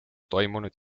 toimunud